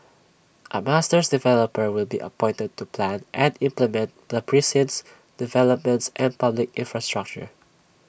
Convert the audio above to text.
A master developer will be appointed to plan and implement the precinct's developments and public infrastructure